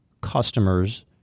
customers